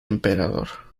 emperador